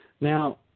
Now